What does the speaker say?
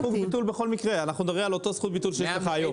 אנחנו מדברים על אותה זכות ביטול שיש לך היום.